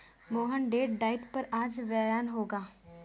Mohan date diet पर आज व्याख्यान होगा